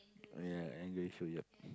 ya anger so yup